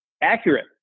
accurate